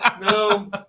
No